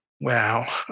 Wow